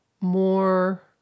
more